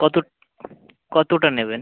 কতো কতোটা নেবেন